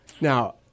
Now